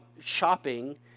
shopping